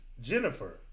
Jennifer